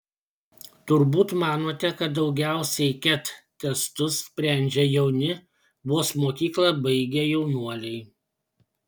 turbūt manote kad daugiausiai ket testus sprendžia jauni vos mokyklą baigę jaunuoliai